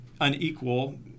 unequal